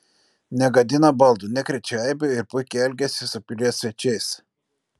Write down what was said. negadina baldų nekrečia eibių ir puikiai elgiasi su pilies svečiais